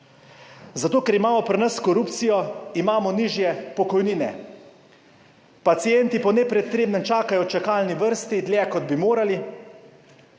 Zato, ker imamo pri nas korupcijo, imamo nižje pokojnine, pacienti po nepotrebnem čakajo v čakalni vrsti dlje, kot bi morali,